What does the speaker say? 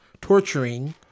torturing